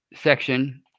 section